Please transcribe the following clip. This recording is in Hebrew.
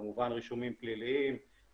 כמובן רישומים פליליים,